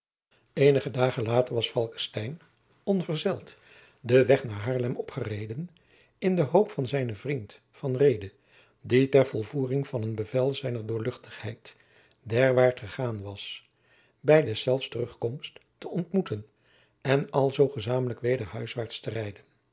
eenige dagen later was falckestein onverzeld den weg naar haarlem opgereden in de hoop van zijnen vriend van reede die ter volvoering van een bevel zijner doorluchtigheid derwaart gegaan was bij deszelfs terugkomst te ontmoeten en alzoo gezamenlijk weder huiswaart te rijden